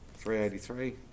383